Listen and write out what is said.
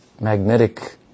magnetic